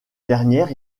dernière